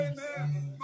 Amen